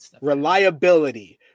Reliability